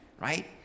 right